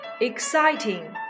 Exciting